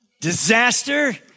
Disaster